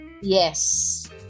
yes